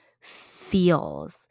feels